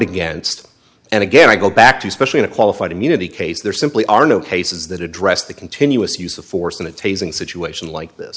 against and again i go back to especially in a qualified immunity case there simply are no cases that addressed the continuous use of force in a tasing situation like this